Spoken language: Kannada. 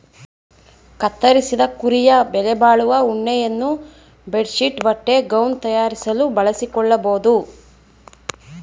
ಕತ್ತರಿಸಿದ ಕುರಿಯ ಬೆಲೆಬಾಳುವ ಉಣ್ಣೆಯನ್ನು ಬೆಡ್ ಶೀಟ್ ಬಟ್ಟೆ ಗೌನ್ ತಯಾರಿಸಲು ಬಳಸಿಕೊಳ್ಳಬೋದು